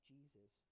Jesus